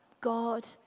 God